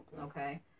okay